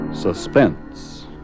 Suspense